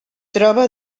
troba